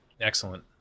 Excellent